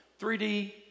3D